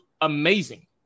amazing